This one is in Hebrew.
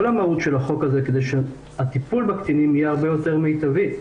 כל המהות של החוק הזה היא כדי שהטיפול בקטינים יהיה מיטבי יותר.